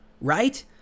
right